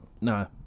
No